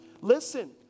Listen